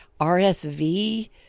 RSV